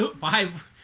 five